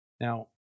Now